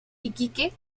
iquique